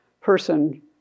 person